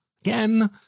Again